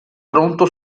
pronto